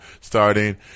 starting